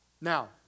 Now